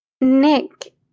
Nick